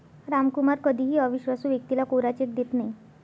रामकुमार कधीही अविश्वासू व्यक्तीला कोरा चेक देत नाही